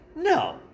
No